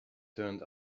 turned